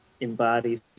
embodies